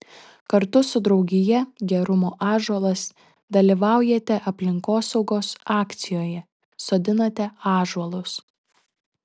kartu su draugija gerumo ąžuolas dalyvaujate aplinkosaugos akcijoje sodinate ąžuolus